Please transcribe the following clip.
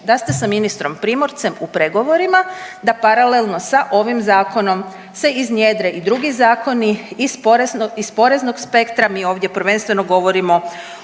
da ste sa ministrom Primorcem u pregovorima da paralelno sa ovim zakonom se iznjedre i drugi zakoni iz poreznog spektra, mi ovdje prvenstveno govorimo